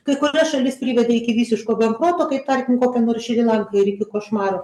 kai kurias šalis privedė iki visiško bankroto kaip tarkim kokią nors šri lanką ir iki košmaro